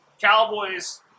Cowboys